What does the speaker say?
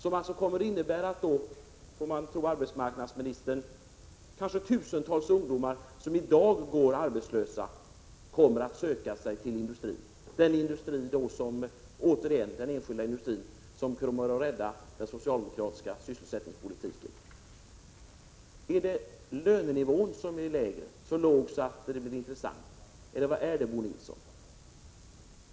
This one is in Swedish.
Om man får tro arbetsmarknadsministern skulle det komma att betyda att kanske tusentals ungdomar som i dag går arbetslösa söker sig till industrin, återigen den enskilda industri som skall rädda den socialdemokratiska sysselsättningspolitiken. Är det lönenivån som är så låg att den blir intressant, eller vad är det, Bo Nilsson?